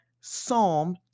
Psalm